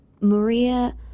Maria